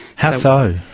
how so?